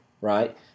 Right